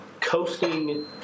coasting